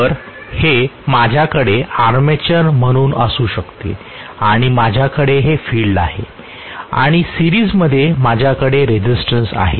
तर हे माझ्याकडे आर्मेचर म्हणून असू शकते आणि माझ्याकडे हे फील्ड आहे आणि सिरीजमध्ये माझ्याकडे रेसिस्टन्स आहे